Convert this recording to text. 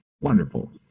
wonderful